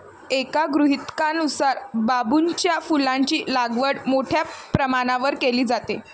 एका गृहीतकानुसार बांबूच्या फुलांची लागवड मोठ्या प्रमाणावर केली जाते